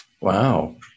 Wow